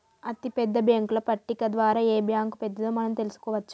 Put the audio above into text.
అతిపెద్ద బ్యేంకుల పట్టిక ద్వారా ఏ బ్యాంక్ పెద్దదో మనం తెలుసుకోవచ్చు